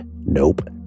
nope